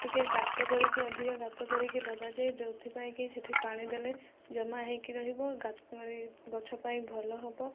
ଟିକେ ଗାତ କରିକି ଅଧିକା ଗାତ କରିକି ଲଗାଯାଏ ଯେଉଁଥିପାଇଁ କି ସେଠି ପାଣିଦେଲେ ଜମା ହୋଇକି ରହିବ ଗଛ ପାଇଁ ଭଲ ହେବ